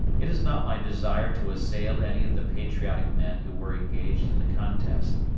it is not my desire to assail any of the patriotic men who were engaged in the contest,